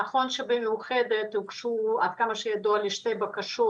נכון שבמאוחדת הוגשו עד כמה שידוע לי שתי בקשות